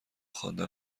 خواندن